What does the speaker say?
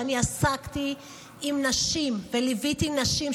ואני עסקתי בנשים וליוויתי נשים,